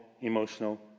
emotional